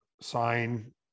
Sign